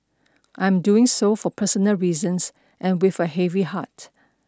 I am doing so for personal reasons and with a heavy heart